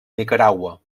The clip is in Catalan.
nicaragua